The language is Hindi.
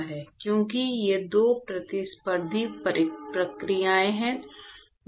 क्योंकि ये 2 प्रतिस्पर्धी प्रक्रियाएं हैं